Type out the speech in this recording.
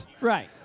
Right